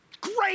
great